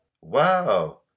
wow